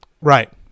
Right